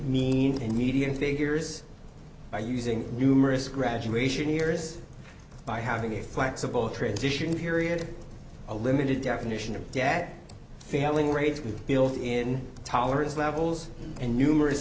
mean and median figures by using numerous graduation years by having a flexible transition period a limited definition of debt failing grades with built in tolerance levels and numerous